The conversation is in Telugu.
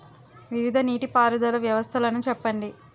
వివిధ నీటి పారుదల వ్యవస్థలను చెప్పండి?